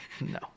no